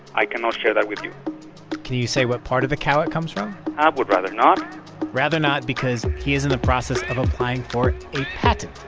i cannot share that with you can you say what part of the cow it comes from? i would rather not rather not because he is in the process of applying for a patent.